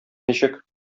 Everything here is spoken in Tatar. ничек